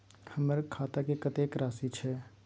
हमर खाता में कतेक राशि छै?